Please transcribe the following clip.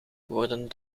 worden